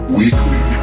weekly